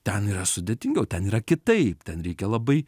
ten yra sudėtinga o ten yra kitaip ten reikia labai